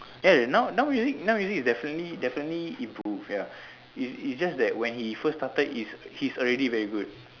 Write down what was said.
ya now now music now music is definitely definitely improve ya is is just that when he first started is he's already very good